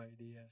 idea